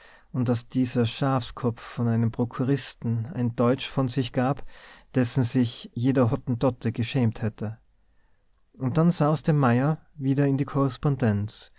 und daß dieser schafskopf von einem prokuristen ein deutsch von sich gab dessen sich jeder hottentotte geschämt hätte und dann sauste mayer wieder in die